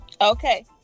Okay